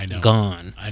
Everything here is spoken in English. gone